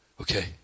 Okay